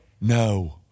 No